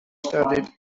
studied